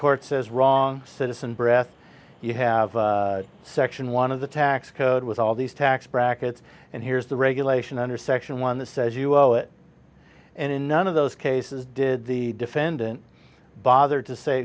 court says wrong citizen breath you have section one of the tax code with all these tax brackets and here's the regulation under section one that says you owe it and in none of those cases did the defendant bother to say